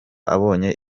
abonye